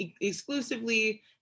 Exclusively